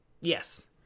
Yes